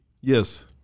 Yes